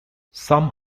some